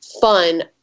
fun